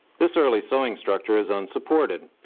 this early sewing structure is unsupported,